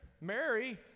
Mary